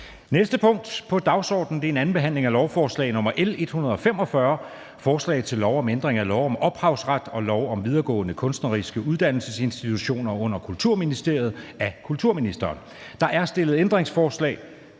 næste punkt på dagsordenen er: 43) 2. behandling af lovforslag nr. L 145: Forslag til lov om ændring af lov om ophavsret og lov om videregående kunstneriske uddannelsesinstitutioner under Kulturministeriet. (Modernisering af regler om